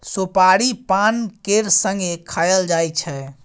सोपारी पान केर संगे खाएल जाइ छै